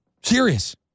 Serious